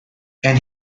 and